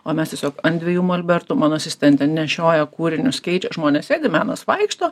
o mes tiesiog ant dviejų molbertų mano asistentė nešioja kūrinius keičia žmonės sėdi menas vaikšto